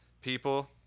people